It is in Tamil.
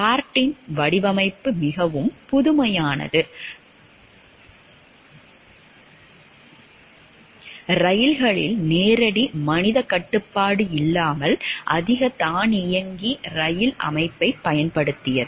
பார்ட்டின் வடிவமைப்பு மிகவும் புதுமையானது இரயில்களில் நேரடி மனிதக் கட்டுப்பாடு இல்லாமல் அதிக தானியங்கி ரயில் அமைப்பைப் பயன்படுத்தியது